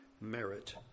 merit